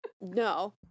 No